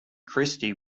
christie